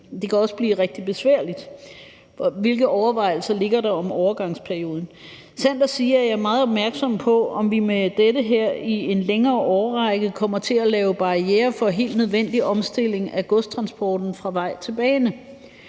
Det kan også blive rigtig besværligt. Hvilke overvejelser ligger der om overgangsperioden? Sandt at sige er jeg meget opmærksom på, om vi med det her i en længere årrække kommer til at lave barrierer for en helt nødvendig omstilling af godstransporten fra vej til bane.